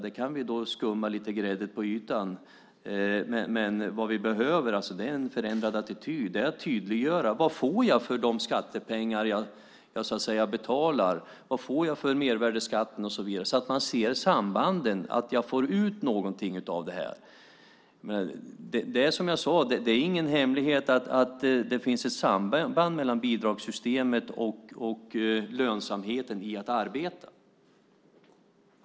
Då kan vi skumma lite grädde på ytan. Det vi behöver är en förändrad attityd. Det handlar om att tydliggöra vad man får för de skattepengar man betalar. Vad får man för mervärdesskatten? Man måste se sambanden, att man får ut någonting av detta. Det är som jag sade ingen hemlighet att det finns ett samband mellan bidragssystemet och lönsamheten i att arbeta.